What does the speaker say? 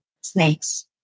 Snakes